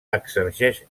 exerceix